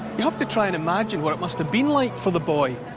you have to try and imagine what it must have been like for the boy.